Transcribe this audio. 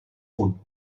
punt